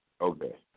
Okay